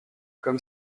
comme